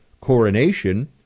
coronation